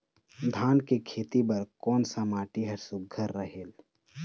धान के खेती बर कोन सा माटी हर सुघ्घर रहेल?